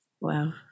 Wow